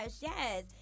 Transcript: yes